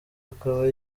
akaba